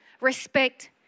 Respect